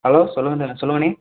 hello சொல்லுங்கண சொல்லுங்கண்ணே